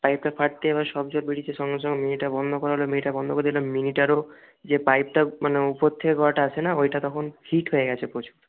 পাইপটা ফাটতে এবার সব জল বেরিয়েছে সঙ্গে সঙ্গে মিনিটা বন্ধ করা হল মিনিটা বন্ধ করে দিলাম মিনিটারও যে পাইপটা মানে উপর থেকে কলটা আছে না ওইটা তখন হিট হয়ে গেছে প্রচুর